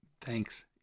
Thanks